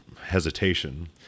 hesitation